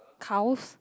cows